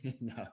no